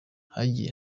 hagiye